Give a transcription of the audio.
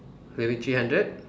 maybe three hundred